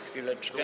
Chwileczkę.